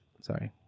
Sorry